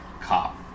cop